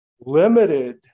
limited